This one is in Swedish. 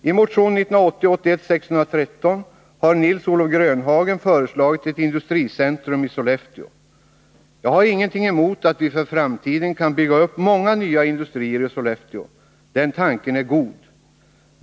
I motion 1980/81:613 har Nils-Olof Grönhagen föreslagit ett industricentrum i Sollefteå. Jag har ingenting emot att vi för framtiden kan bygga upp många nya industrier i Sollefteå. Den tanken är god.